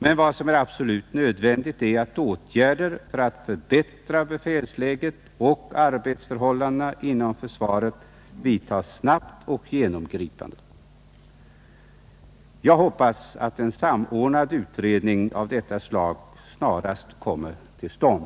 Men vad som är absolut nödvändigt är att åtgärder för att förbättra befälsläget och arbetsförhållandena inom försvaret vidtas snabbt och genomgripande. Jag hoppas att en samordnad utredning av detta slag snarast kommer till stånd.